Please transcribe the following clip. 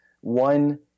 One